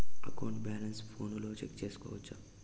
account balance ఫోనులో check సేసుకోవచ్చా